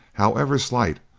however slight,